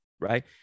right